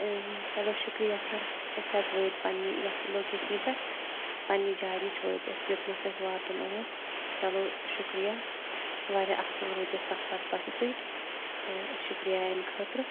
چلو شُکریہ سَر أسۍ حظ وٲتۍ پنٛنہِ یَتھ لوکیشنہِ پٮ۪ٹھ پنٛنہِ جایہِ نِش وٲتۍ أسۍ یوٚتنَس اَسہِ واتُن اوس چلو شُکریہ واریاہ اَصٕل روٗد یہِ سفر تۄہہِ سۭتۍ تہٕ شُکریہ اَمہِ خٲطرٕ